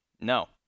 No